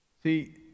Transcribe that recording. See